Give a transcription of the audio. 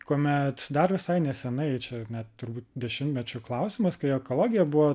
kuomet dar visai nesenai čia net turbūt dešimtmečių klausimas kai ekologija buvo